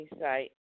site